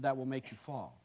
that will make you fall